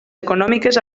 econòmiques